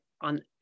on